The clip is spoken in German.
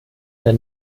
der